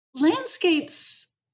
Landscapes